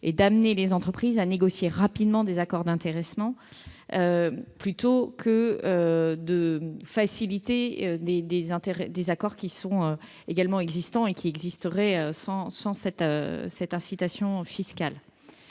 est d'amener les entreprises à négocier rapidement des accords d'intéressement plutôt que de faciliter des accords qui existeraient sans cette incitation fiscale.